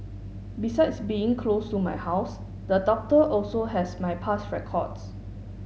besides being close to my house the doctor also has my past records